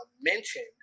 mentioned